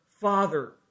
Father